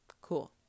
Cool